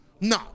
No